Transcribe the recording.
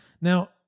Now